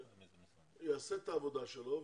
יעשה את העבודה שלו,